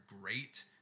great